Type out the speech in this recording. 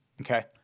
okay